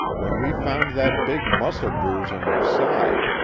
when we found that big muscle bruise on your side,